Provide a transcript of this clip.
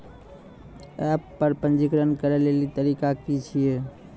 App पर पंजीकरण करै लेली तरीका की छियै?